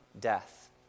death